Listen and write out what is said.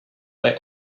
day